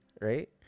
right